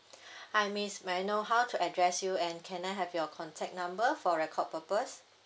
hi miss may I know how to address you and can I have your contact number for record purpose